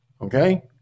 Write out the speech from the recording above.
Okay